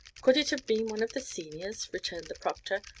could it have been one of the seniors? returned the proctor,